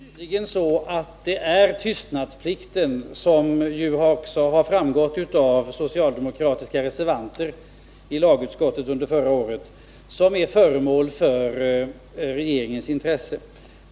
Herr talman! Det är tydligen så att det är tystnadsplikten som är föremål för regeringens intresse. Det har ju också framgått av socialdemokratiska reservanters uttalanden i lagutskottet under förra året.